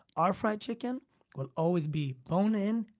our fried chicken will always be bone-in,